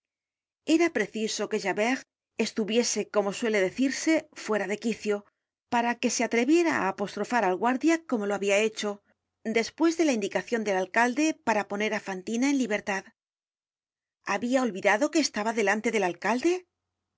era preciso que javert estuviese como suele decirse fuera de juicio para que se atreviera á apostrofar al guardia como lo habia hecho despues de la indicacion del alcalde para ponerá fantina en libertad habia olvidado que estaba delante el alcalde